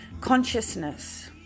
Consciousness